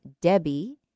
debbie